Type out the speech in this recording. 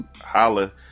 holla